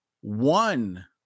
one